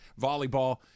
volleyball